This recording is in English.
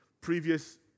Previous